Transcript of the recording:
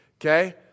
okay